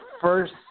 first